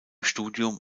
studium